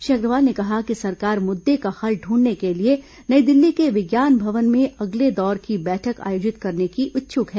श्री अग्रवाल ने कहा कि सरकार मुद्दे का हल ढूंढने के लिए नई दिल्ली के विज्ञान भवन में अगले दौर की बैठक आयोजित करने की इच्छ्क है